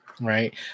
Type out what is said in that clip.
Right